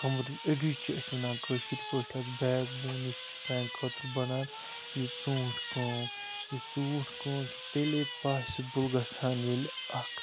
کَمرٕچۍ أڈٕجۍ چھِ أسۍ وَنان کٲشِرۍ پٲٹھۍ اَتھ بیک بون یُس چھُ سانہِ خٲطرٕ بَنان یہِ ژوٗنٛٹھ کٲم یہِ ژوٗنٛٹھ کٲم چھِ تیٚلے پاسِبٕل گژھان ییٚلہِ اَکھ